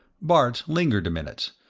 bart lingered a minute,